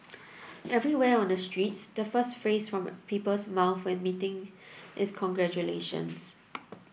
everywhere on the streets the first phrase from people's mouths when meeting is congratulations